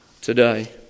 today